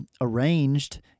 arranged